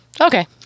Okay